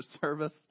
service